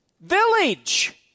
village